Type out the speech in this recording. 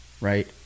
right